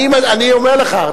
אני אומר לך,